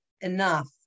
enough